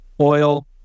oil